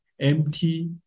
empty